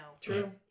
True